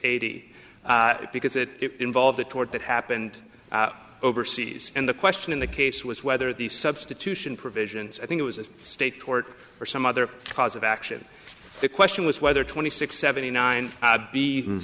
eighty because it involved a tort that happened overseas and the question in the case was whether the substitution provisions i think it was a state court or some other cause of action the question was whether twenty six seventy nine b c and